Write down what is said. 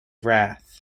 wrath